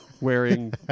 wearing